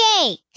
cake